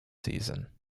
season